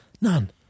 None